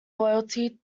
loyalty